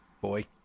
boy